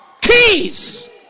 Keys